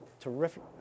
terrific